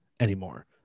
anymore